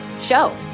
show